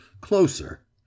closer